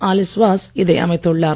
Alice was இதை அமைத்துள்ளார்